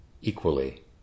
equally